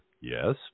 Yes